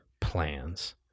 plans